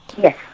Yes